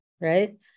right